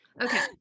Okay